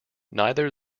neither